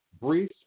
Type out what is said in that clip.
brief